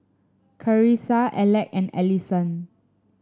Carissa Alek and Allyson